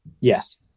yes